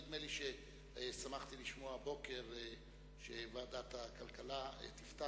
שמחתי לשמוע הבוקר שוועדת הכלכלה תפתח